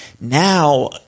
now